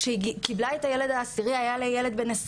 כשהיא קיבלה את הילד העשירי שלה,